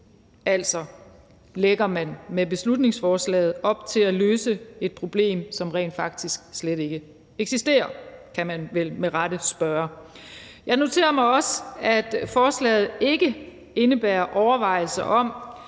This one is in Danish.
Altså, lægger man med beslutningsforslaget op til at løse et problem, som rent faktisk slet ikke eksisterer? kan man vel med rette spørge. Jeg noterer mig også, at forslaget ikke indebærer overvejelser om,